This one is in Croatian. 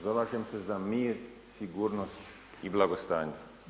Zalažem se za mir, sigurnost i blagostanje.